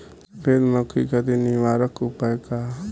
सफेद मक्खी खातिर निवारक उपाय का ह?